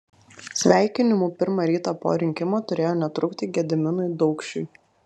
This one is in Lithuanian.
sveikinimų pirmą rytą po rinkimų turėjo netrūkti gediminui daukšiui